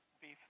beef